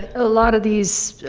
a lot of these